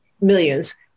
millions